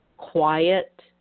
quiet